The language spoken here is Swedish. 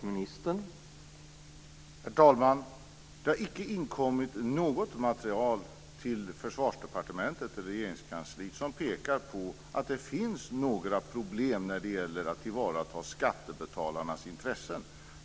Herr talman! Det har icke inkommit något material till Försvarsdepartementet eller Regeringskansliet som pekar på att det finns några problem när det gäller att tillvarata skattebetalarnas intressen.